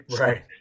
right